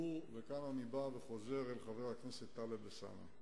כאן אני חוזר לחבר הכנסת טלב אלסאנע: